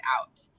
out